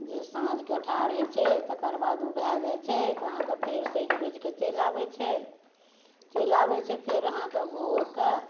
जे साँझके ठाड़ होइ छै तकर बाद ओ भऽ जाइ छै तऽ अहाँके फेर सजि बजिके चलि आबै छै चलि आबै छै फेर अहाँके भोरके